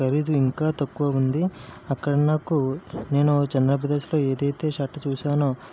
ఖరీదు ఇంకా తక్కువ ఉంది అక్కడ నాకు నేను చందనా బ్రదర్స్లో ఏదైతే షర్ట్ చూశానో